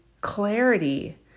clarity